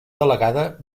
delegada